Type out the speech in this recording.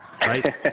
right